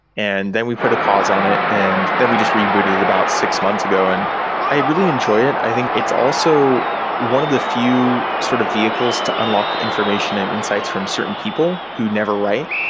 and then we put a pause on it and then we just rebooted it about six months ago. and i really enjoy it. i think it's also one of the few sort of vehicles to unlock information and insights from certain people who never write.